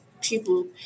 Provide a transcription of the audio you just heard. people